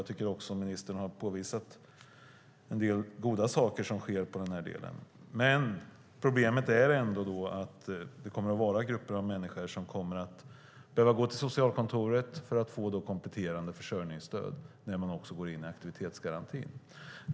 Jag tycker också att ministern har påvisat en del goda saker som sker i den här delen. Problemet är ändå att det kommer att vara grupper av människor som kommer att behöva gå till socialkontoret för att få kompletterande försörjningsstöd när de går in i aktivitetsgarantin.